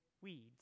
weeds